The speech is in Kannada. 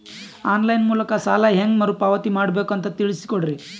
ಆನ್ ಲೈನ್ ಮೂಲಕ ಸಾಲ ಹೇಂಗ ಮರುಪಾವತಿ ಮಾಡಬೇಕು ಅಂತ ತಿಳಿಸ ಕೊಡರಿ?